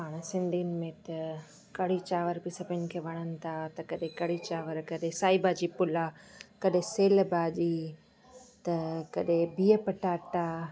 पाण सिंधियुनि में त कढ़ी चांवर बि सभिनि खे वणनि था त कॾहिं कढ़ी चांवर कॾहिं साई भाॼी पुलाउ कॾहिं सेअल भाॼी त कॾहिं बिह पटाटा